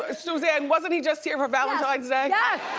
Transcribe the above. ah susanne wasn't he just here for valentine's day? yeah